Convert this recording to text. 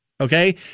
Okay